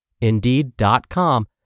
Indeed.com